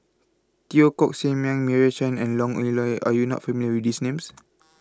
Teo Koh Sock Miang Meira Chand and Are YOU not familiar with These Names